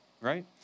right